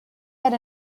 had